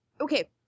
Okay